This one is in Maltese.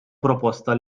proposta